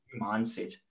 mindset